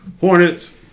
Hornets